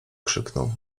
krzyknął